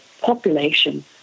population